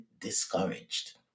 discouraged